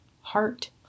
heart